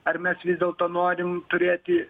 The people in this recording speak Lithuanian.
ar mes vis dėlto norim turėti